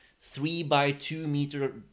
three-by-two-meter